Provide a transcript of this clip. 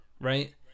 right